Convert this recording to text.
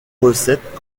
recettes